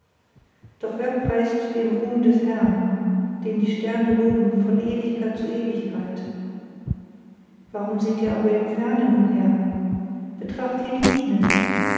doch wer preist den ruhm des herrn den die sterne loben von ewigkeit zu ewigkeit warum seht ihr aber im fernen umher betrachtet hier die biene